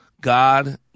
God